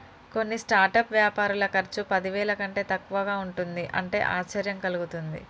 కొన్ని స్టార్టప్ వ్యాపారుల ఖర్చు పదివేల కంటే తక్కువగా ఉంటుంది అంటే ఆశ్చర్యం కలుగుతుంది